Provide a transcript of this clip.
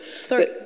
Sorry